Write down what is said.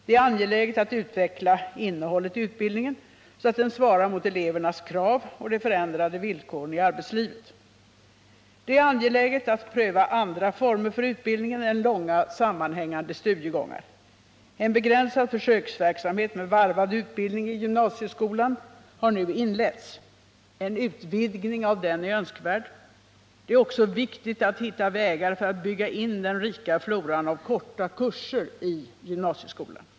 Det är angeläget att utveckla innehållet i utbildningen, så att den svarar mot elevernas krav och de förändrade villkoren i arbetslivet. Det är angeläget att pröva andra former för utbildningen än långa sammanhängande studiegångar. En begränsad försöksverksamhet med varvad utbildning i gymnasieskolan har nu inletts. En utvidgning av den är önskvärd. Det är också viktigt att hitta vägar för att bygga in den rika floran korta kurser i gymnasieskolan.